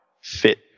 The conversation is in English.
fit